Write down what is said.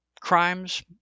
crimes